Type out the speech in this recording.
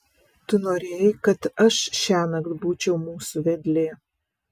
tu norėjai kad aš šiąnakt būčiau mūsų vedlė